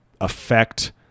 affect